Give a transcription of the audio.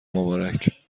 مبارک